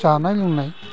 जानाय लोंनाय